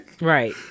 Right